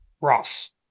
Ross